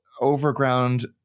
overground